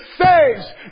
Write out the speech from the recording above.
saves